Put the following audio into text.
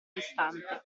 distante